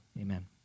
amen